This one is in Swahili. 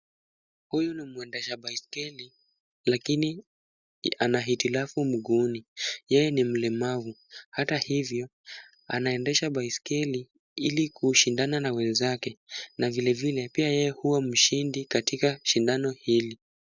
Huyu ni mwendesha baiskeli lakini ana hitilafu mguuni, ye ni mlemavu. Hata hivyo anaendesha baiskeli ili kushindana na wenzake na vile vile pia yeye hua mshindi katika shindano hili.